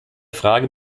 frage